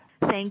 Thank